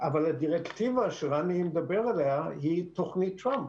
אבל הדירקטיבה שרני מדבר עליה היא תוכנית טראמפ,